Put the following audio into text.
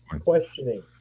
questioning